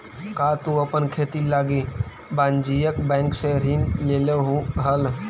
का तु अपन खेती लागी वाणिज्य बैंक से ऋण लेलहुं हल?